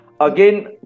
Again